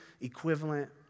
equivalent